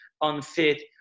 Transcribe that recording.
unfit